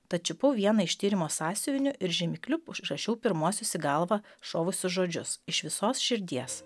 tad čiupau vieną iš tyrimo sąsiuvinių ir žymekliu užrašiau pirmuosius į galvą šovusius žodžius iš visos širdies